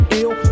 ill